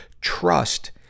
trust